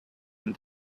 and